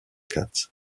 cats